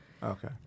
Okay